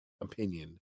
opinion